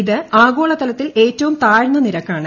ഇത് ആഗോളതലത്തിൽ ഏറ്റവും താഴ്ന്ന നിരക്കാണ്